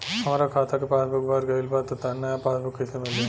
हमार खाता के पासबूक भर गएल बा त नया पासबूक कइसे मिली?